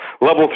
level